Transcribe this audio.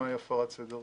ומהי הפרת סדר.